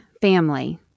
family